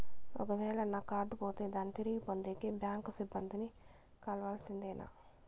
ఒక వేల నా కార్డు పోతే దాన్ని తిరిగి పొందేకి, బ్యాంకు సిబ్బంది ని కలవాల్సిందేనా?